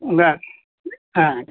ಹಾಂ ಹಾಂ